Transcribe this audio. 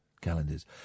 calendars